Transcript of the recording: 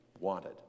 wanted